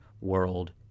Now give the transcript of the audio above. world